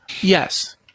Yes